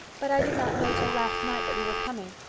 but i did not know till last night that we were coming.